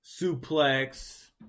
Suplex